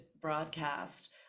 broadcast